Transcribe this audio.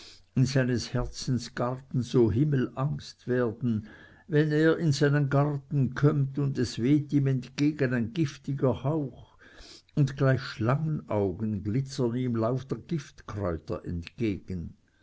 seines herzens garten so himmelangst werden wenn er in seinen garten kömmt und es weht ihm entgegen ein giftiger hauch und gleich schlangenaugen glitzern ihm lauter giftkräuter entgegen